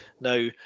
Now